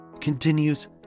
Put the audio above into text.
continues